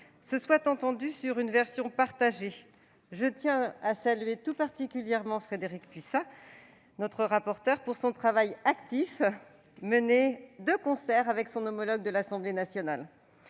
se soit entendu sur une version partagée. Je tiens à saluer tout particulièrement Frédérique Puissat, notre rapporteur, pour son travail actif, mené de concert avec son homologue de l'Assemblée nationale.